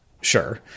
sure